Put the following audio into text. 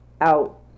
out